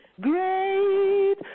great